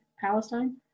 Palestine